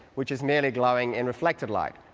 which is merely glowing in reflective light.